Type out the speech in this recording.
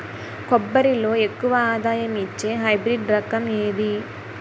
కొబ్బరి లో ఎక్కువ ఆదాయం వచ్చే హైబ్రిడ్ రకం ఏది?